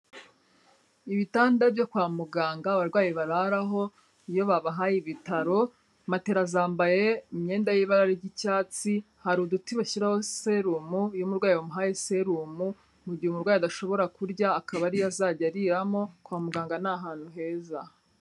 Ibitanda byo kwa muganga abarwayi bararaho iyo babahaye ibitaro, matera zambaye imyenda y'ibara ry'icyatsi, hari uduti bashyiraho serumu, iyo umurwayi bamuhaye serumu mu gihe umurwayi adashobora kurya akaba ariyo azajya ariramo, kwa muganga ni ahantu heza.